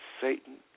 Satan